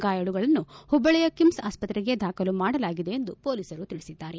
ಗಾಯಾಳುಗಳನ್ನು ಹುಬ್ಬಳಿಯ ಕಿಮ್ಸ್ ಆಸ್ತ್ರೆಗೆ ದಾಖಲು ಮಾಡಲಾಗಿದೆ ಎಂದು ಪೊಲೀಸರು ತಿಳಿಸಿದ್ದಾರೆ